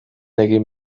egin